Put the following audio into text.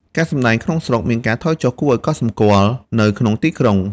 ការសម្តែង ក្នុងស្រុកមានការថយចុះគួរឱ្យកត់សម្គាល់នៅក្នុងទីក្រុង។